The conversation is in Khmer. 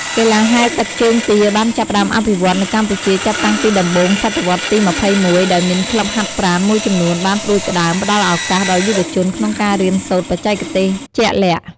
កីឡាហែលទឹកជើងទាបានចាប់ផ្ដើមអភិវឌ្ឍនៅកម្ពុជាចាប់តាំងពីដំបូងសតវត្សរ៍ទី ២១ ដោយមានក្លឹបហាត់ប្រាណមួយចំនួនបានផ្ដួចផ្ដើមផ្តល់ឱកាសដល់យុវជនក្នុងការរៀនសូត្របច្ចេកទេសជាក់លាក់។